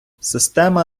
система